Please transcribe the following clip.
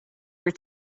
were